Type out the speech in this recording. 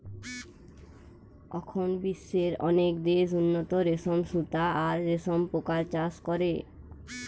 অখন বিশ্বের অনেক দেশ উন্নত রেশম সুতা আর রেশম পোকার চাষ করে